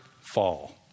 fall